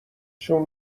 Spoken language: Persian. چون